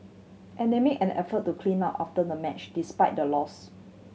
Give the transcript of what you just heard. and they made an effort to clean up after the match despite the loss